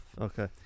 Okay